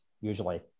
usually